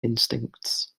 instincts